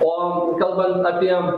o kalbant apie